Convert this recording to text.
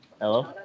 Hello